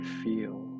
feel